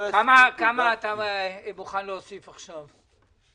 כמה אתה מוכן להוסיף עכשיו?